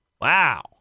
Wow